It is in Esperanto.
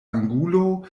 angulo